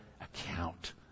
account